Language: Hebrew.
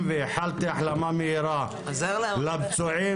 ואנחנו חייבים לקבל את הפליטים ולתת להם מענים לפחות ראשוניים.